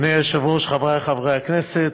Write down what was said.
אדוני היושב-ראש, חברי חברי הכנסת,